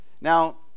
Now